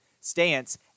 stance